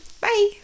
bye